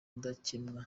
rudakemwa